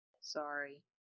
Sorry